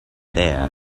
there